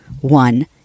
One